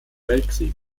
weltkrieg